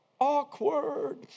Awkward